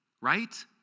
right